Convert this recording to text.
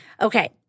Okay